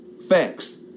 Facts